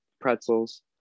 pretzels